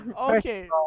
okay